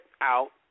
out